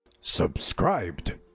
Subscribed